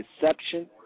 deception